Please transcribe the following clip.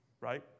Right